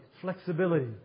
flexibility